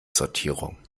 sortierung